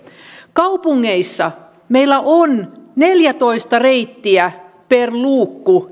kaupungeissa meillä on tänä päivänä keskimäärin neljätoista reittiä per luukku